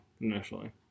initially